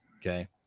Okay